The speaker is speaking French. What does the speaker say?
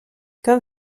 comme